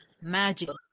magical